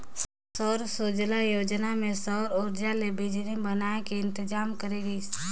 सौर सूजला योजना मे सउर उरजा ले बिजली बनाए के इंतजाम करे गइस